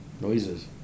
noises